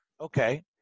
okay